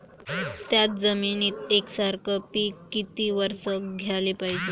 थ्याच जमिनीत यकसारखे पिकं किती वरसं घ्याले पायजे?